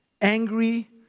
angry